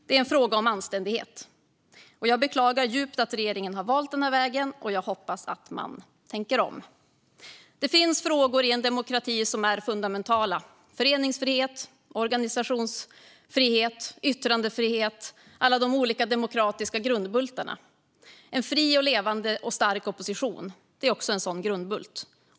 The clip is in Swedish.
Det är en fråga om anständighet. Jag beklagar djupt att regeringen har valt denna väg, och jag hoppas att man tänker om. Det finns frågor i en demokrati som är fundamentala: föreningsfrihet, organisationsfrihet, yttrandefrihet; alla de olika demokratiska grundbultarna. En fri, levande och stark opposition är också en sådan grundbult.